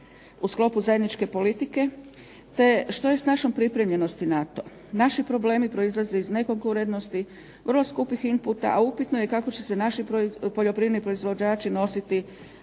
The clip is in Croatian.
u sklopu zajedničke politike te što je s našom pripremljenosti na to. Naši problemi proizlaze iz nekoliko urednosti, vrlo skupih inputa a upitno je kako će se naši poljoprivredni proizvođači nositi